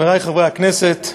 חברי חברי הכנסת,